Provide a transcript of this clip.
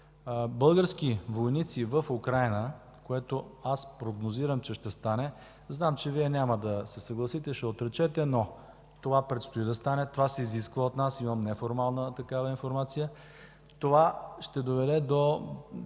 български войници в Украйна, което прогнозирам че ще стане – знам, че няма да се съгласите и ще отречете, но то предстои да стане, това се изисква от нас, имам неформална такава информация, ще доведе до